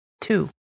Two